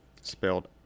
spelled